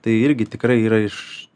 tai irgi tikrai yra iš